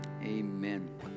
Amen